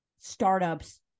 startups